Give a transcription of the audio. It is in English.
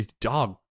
dog